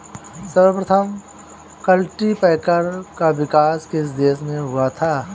सर्वप्रथम कल्टीपैकर का विकास किस देश में हुआ था?